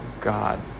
God